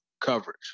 coverage